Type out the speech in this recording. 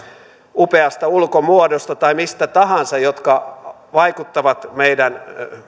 upeasta ulkomuodosta tai mistä tahansa jotka vaikuttavat meidän